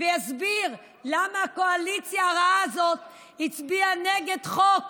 ויסביר למה הקואליציה הרעה הזאת הצביעה נגד חוק